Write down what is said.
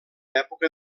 època